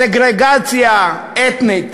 סגרגציה אתנית.